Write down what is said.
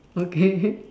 okay